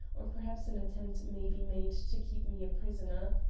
or perhaps an attempt may be made to keep me a prisoner.